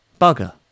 Bugger